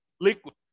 liquid